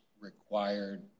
required